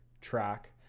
track